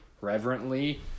reverently